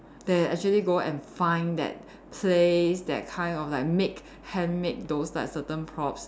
they actually go and find that place that kind of like make handmade those like certain props